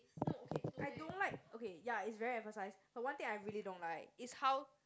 I don't like okay ya it's very emphasized but one thing I really don't like it's how